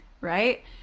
right